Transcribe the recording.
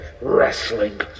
Wrestling